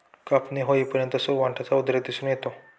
कापणी होईपर्यंत सुरवंटाचा उद्रेक दिसून येतो